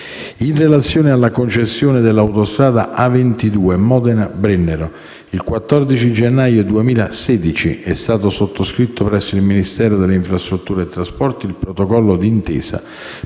in relazione alla concessione dell'autostrada A22 Modena-Brennero, il 14 gennaio 2016 è stato sottoscritto presso il Ministero delle infrastrutture e dei trasporti (MIT) il protocollo d'intesa